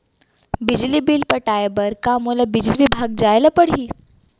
बिजली बिल पटाय बर का मोला बिजली विभाग जाय ल परही?